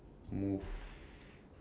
move